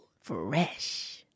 Fresh